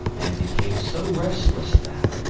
and became so restless that,